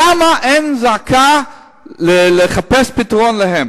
למה אין זעקה לחפש פתרון לזה?